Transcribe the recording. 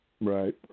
Right